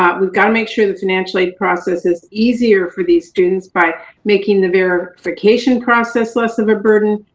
um we've got to make sure that financial aid process is easier for these students by making the verification process less of a burden,